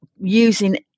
using